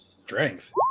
Strength